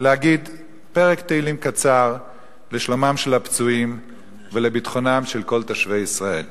להגיד פרק תהילים קצר לשלומם של הפצועים ולביטחונם של כל תושבי ישראל: